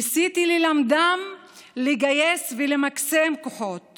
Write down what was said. ניסיתי ללמדם לגייס ולמקסם כוחות